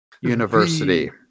University